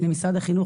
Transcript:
אפשר להסתדר,